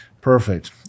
Perfect